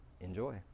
enjoy